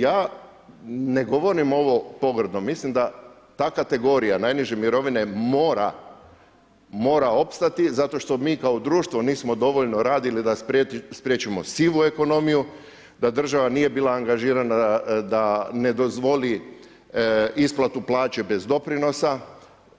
Ja ne govorim ovo pogrdno, mislim da ta kategorija najniže mirovine mora, mora opstati zato što mi kao društvo nismo dovoljno radili da spriječimo sivu ekonomiju, da država nije bila angažirana da ne dozvoli isplatu plaće bez doprinosa,